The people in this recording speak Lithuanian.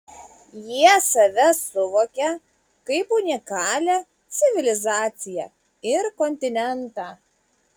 jie save suvokia kaip unikalią civilizaciją ir kontinentą